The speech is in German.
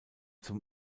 zum